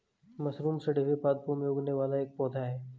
mushroom सड़े हुए पादपों में उगने वाला एक पौधा है